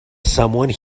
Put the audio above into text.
someone